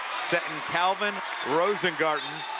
setting kalvyn rosengarten.